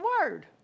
word